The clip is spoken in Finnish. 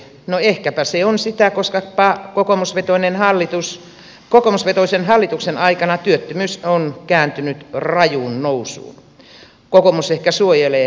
no ehkäpä se on sitä koska kokoomusvetoisen hallituksen aikana työttömyys on kääntynyt rajuun nousuun kokoomus ehkä suojelee duunaria työltä